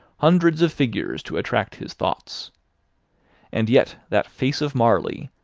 hundreds of figures to attract his thoughts and yet that face of marley,